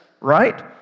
right